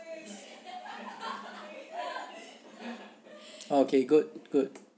okay good good